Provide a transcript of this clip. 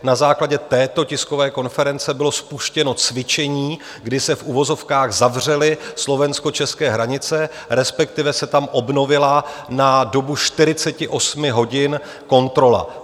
Na základě této tiskové konference bylo spuštěno cvičení, kdy se v uvozovkách zavřely slovenskočeské hranice, respektive se tam obnovila na dobu 48 hodin kontrola.